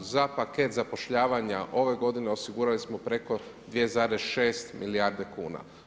Za paket zapošljavanja ove godine osigurali smo preko 2,6 milijarde kuna.